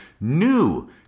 new